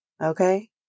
okay